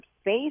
space